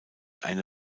eine